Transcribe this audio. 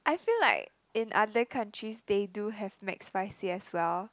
I feel like in other countries they do have McSpicy as well